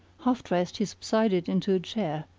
half-dressed, he subsided into a chair,